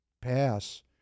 pass